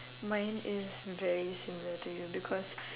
mine is very similar to you because